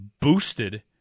boosted